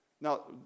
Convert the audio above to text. Now